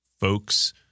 folks